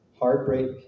heartbreak